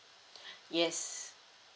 yes